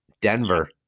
Denver